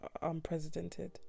unprecedented